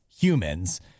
humans